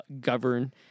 govern